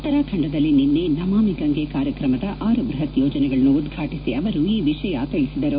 ಉತ್ತರಾಖಂಡದಲ್ಲಿ ನಿನ್ನೆ ನಮಾಮಿ ಗಂಗೆ ಕಾರ್ಯಕ್ರಮದ ಆರು ಬ್ಬಪತ್ ಯೋಜನೆಗಳನ್ನು ಉದ್ವಾಟಿಸಿ ಅವರು ಈ ವಿಷಯ ತಿಳಿಸಿದರು